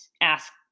ask